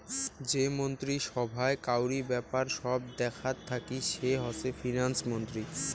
যে মন্ত্রী সভায় কাউরি ব্যাপার সব দেখাত থাকি সে হসে ফিন্যান্স মন্ত্রী